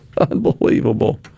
Unbelievable